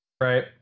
Right